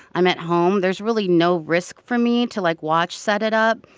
i'm at home there's really no risk for me to, like, watch set it up.